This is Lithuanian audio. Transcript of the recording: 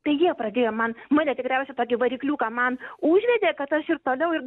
tai jie pradėjo man mane tikriausiai tokį varikliuką man užvedė kad aš ir toliau ir